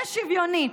זה שוויוני,